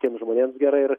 tiems žmonėms gerai ir